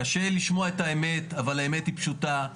קשה לשמוע את האמת אבל האמת היא פשוטה: